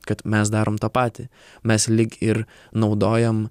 kad mes darom tą patį mes lyg ir naudojame